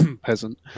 peasant